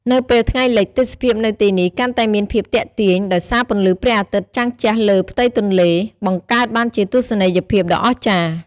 នៅពេលថ្ងៃលិច ទេសភាពនៅទីនេះកាន់តែមានភាពទាក់ទាញ ដោយសារពន្លឺព្រះអាទិត្យចាំងជះទៅលើផ្ទៃទន្លេ បង្កើតបានជាទស្សនីយភាពដ៏អស្ចារ្យ ។